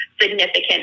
significant